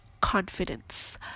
confidence